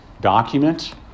document